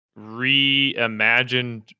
reimagined